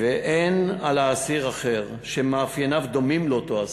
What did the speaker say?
והן על אסיר אחר שמאפייניו דומים לאותו אסיר.